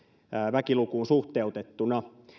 väkilukuun suhteutettuna